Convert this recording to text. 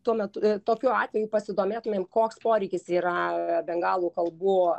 tuo metu tokiu atveju pasidomėtumėm koks poreikis yra bengalų kalbų